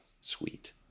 Sweet